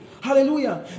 Hallelujah